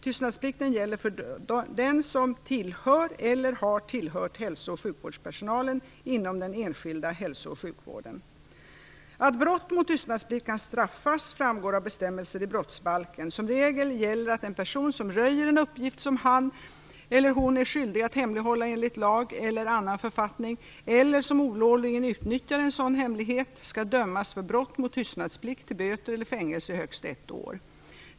Tystnadsplikten gäller för den som tillhör eller har tillhört hälso och sjukvårdspersonalen inom den enskilda hälso och sjukvården. Att brott mot tystnadsplikt kan straffas framgår av bestämmelser i brottsbalken. Som huvudregel gäller att en person som röjer en uppgift, som han eller hon är skyldig att hemlighålla enligt lag eller annan författning eller som olovligen utnyttjar en sådan hemlighet, skall dömas för brott mot tysnadsplikt till böter eller fängelse i högst ett år.